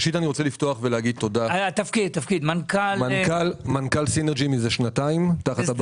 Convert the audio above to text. אני מנכ"ל סינרג'י בשדרות זה שנתיים.